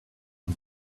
and